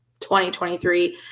2023